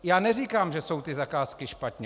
Já neříkám, že jsou ty zakázky špatně.